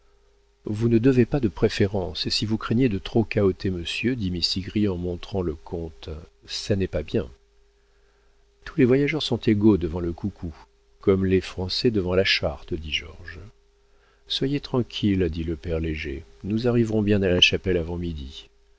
vous ne devez pas de préférence et si vous craignez de trop cahoter monsieur dit mistigris en montrant le comte ça n'est pas bien tous les voyageurs sont égaux devant le coucou comme les français devant la charte dit georges soyez tranquille dit le père léger nous arriverons bien à la chapelle avant midi